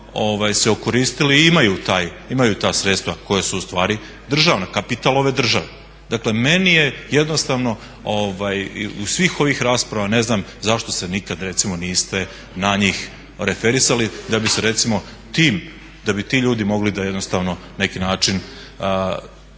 se okoristili i imaju ta sredstva koja su kapital ove države. Dakle meni je jednostavno u svih ovih rasprava ne znam zašto se nikad recimo niste na njih referirali da bi se recimo da bi ti ljudi mogli na neki način osjetiti